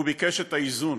הוא ביקש את האיזון,